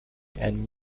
and